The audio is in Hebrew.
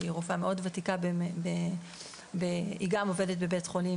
רופאה מאוד ותיקה שגם עובדת בבית חולים,